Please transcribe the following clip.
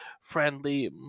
friendly